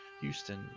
Houston